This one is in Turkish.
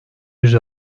yüz